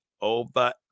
over